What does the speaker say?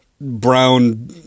brown